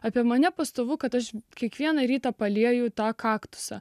apie mane pastovu kad aš kiekvieną rytą palieju tą kaktusą